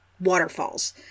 waterfalls